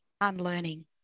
unlearning